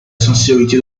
sincérité